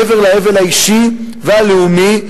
מעבר לאבל האישי והלאומי,